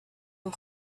and